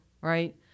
Right